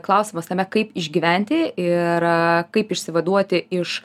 klausimas tame kaip išgyventi ir kaip išsivaduoti iš